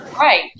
right